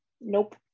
Nope